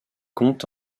compte